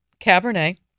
Cabernet